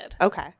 Okay